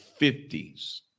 50s